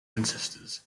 ancestors